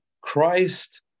Christ